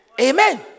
Amen